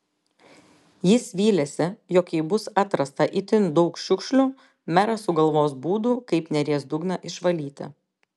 jis vylėsi jog jei bus atrasta itin daug šiukšlių meras sugalvos būdų kaip neries dugną išvalyti